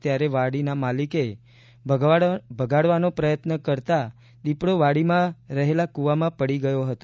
ત્યારે વાડીના માલિકે ભગાડવાનો પ્રયત્ન કરતાં દીપડો વાડીમાં રહેલા ખૂલ્લા કુવામાં પડી ગયો હતો